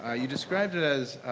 ah you described it as